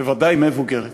וודאי מבוגרת.